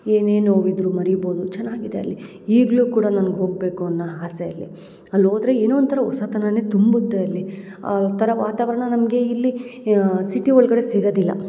ಏನೇ ನೋವಿದ್ದರೂ ಮರಿಬೋದು ಚೆನ್ನಾಗಿದೆ ಅಲ್ಲಿ ಈಗಲು ಕೂಡ ನನ್ಗೆ ಹೋಗಬೇಕು ಅನ್ನೋ ಆಸೆ ಅಲ್ಲಿ ಅಲ್ಲಿ ಹೋದ್ರೆ ಏನೋ ಒಂಥರ ಹೊಸತನಾನೆ ತುಂಬುತ್ತೆ ಅಲ್ಲಿ ಆ ಥರ ವಾತಾವರ್ಣ ನಮಗೆ ಇಲ್ಲಿ ಯಾ ಸಿಟಿ ಒಳಗಡೆ ಸಿಗದಿಲ್ಲ